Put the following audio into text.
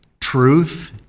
truth